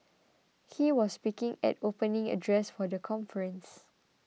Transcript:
he was speaking at opening address for the conference